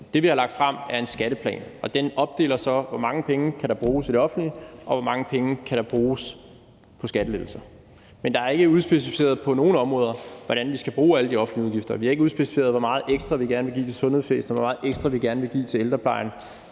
Det, vi har lagt frem, er en skatteplan, og den opdeler så, hvor mange penge der kan bruges i det offentlige, og hvor mange penge der kan bruges på skattelettelser. Men det er ikke på nogen områder udspecificeret, hvordan vi skal fordele alle de offentlige udgifter. Vi har ikke udspecificeret, hvor meget ekstra vi gerne vil give til sundhedsvæsenet, og hvor meget ekstra vi gerne vil give til ældreplejen